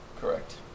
correct